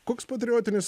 koks patriotinis